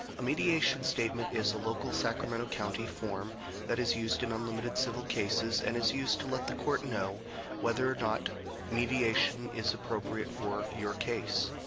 a mediation statement is a local sacramento county form that is used in unlimited civil cases, and is used to let the court know whether or not mediation is appropriate for your case.